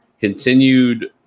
continued